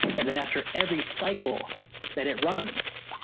and and after every cycle that it runs,